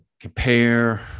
compare